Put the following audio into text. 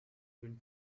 been